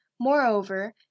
moreover